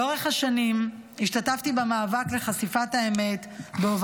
לאורך השנים השתתפתי במאבק לחשיפת האמת בפרשת ילדי